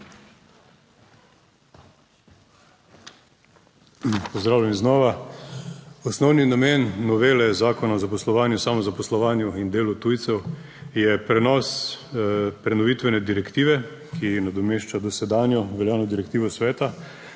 Pozdravljeni znova. Osnovni namen novele Zakona o zaposlovanju, samozaposlovanju in delu tujcev je prenos prenovitvene direktive, ki nadomešča dosedanjo veljavno direktivo Sveta